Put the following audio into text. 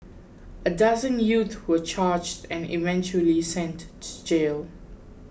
a dozen youth were charged and eventually sent to jail